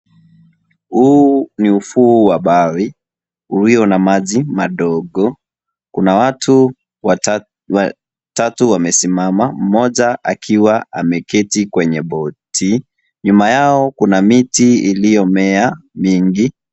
Huu ni ufuu wa bahari ulio na maji madogo, kuna watu watatu wamesimama ,mmoja akiwa ameketi kwenye boti, nyuma Yao kuna miti iloyomea mingi.